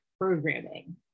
programming